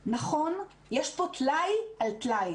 נכון, יש פה תלאי על תלאי